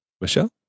Michelle